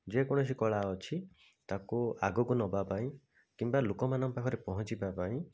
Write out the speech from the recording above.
ଯେକୌଣସି କଳା ଅଛି ତାକୁ ଆଗକୁ ନେବାପାଇଁ କିମ୍ବା ଲୋକମାନଙ୍କ ପାଖରେ ପହଞ୍ଚିବାପାଇଁ